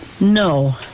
No